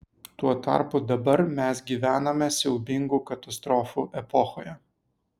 tuo tarpu dabar mes gyvename siaubingų katastrofų epochoje